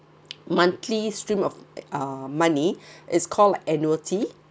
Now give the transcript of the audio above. monthly stream of uh money is called like annuity